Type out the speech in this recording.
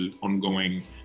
ongoing